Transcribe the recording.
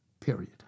Period